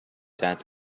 that